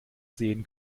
sehen